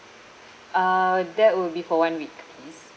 uh that will be for one week please